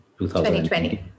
2020